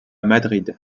madrid